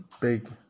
big